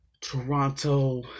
Toronto